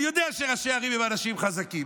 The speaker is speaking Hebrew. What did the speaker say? אני יודע שראשי ערים הם אנשים חזקים,